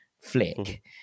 flick